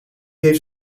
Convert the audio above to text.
heeft